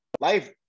life